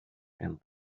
and